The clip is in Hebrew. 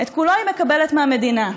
את כולו היא מקבלת מהמדינה.